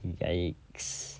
yikes